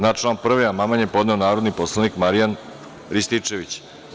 Na član 1. amandman je podneo narodni poslanik Marijan Rističević.